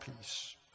peace